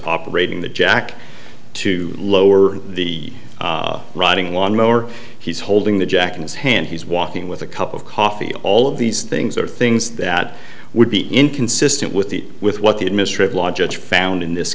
operating the jack to lower the riding lawnmower he's holding the jack in his hand he's walking with a cup of coffee all of these things are things that would be inconsistent with the with what the administrative law judge found in this